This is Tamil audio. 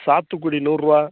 சாத்துக்குடி நூறு ரூபா